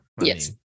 Yes